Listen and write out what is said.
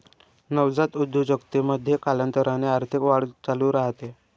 नवजात उद्योजकतेमध्ये, कालांतराने आर्थिक वाढ चालू राहते